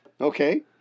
Okay